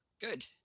good